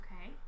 Okay